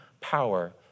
power